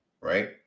right